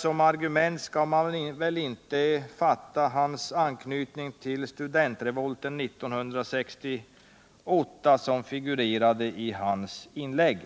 Som argument skall man väl inte uppfatta anknytningen till studentrevolten 1968 som figurerade i hans inlägg?